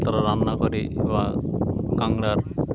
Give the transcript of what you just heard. তারা রান্না করি বা কাঁকড়ার